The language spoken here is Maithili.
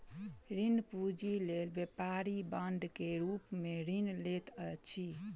ऋण पूंजी लेल व्यापारी बांड के रूप में ऋण लैत अछि